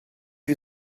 you